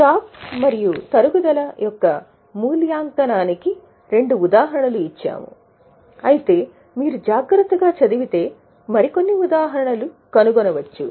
stock మరియు తరుగుదల యొక్క మూల్యాంకనానికి రెండు ఉదాహరణలు ఇచ్చాము అయితే మీరు జాగ్రత్తగా చదివితే మరికొన్ని ఉదాహరణలు కనుగొనవచ్చు